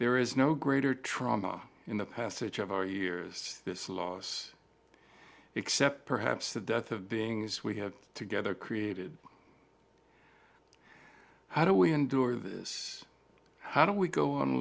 there is no greater trauma in the passage of our years to this loss except perhaps the death of beings we have together created how do we endure this how do we go on